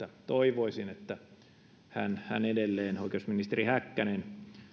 toivoisin että oikeusministeri häkkänen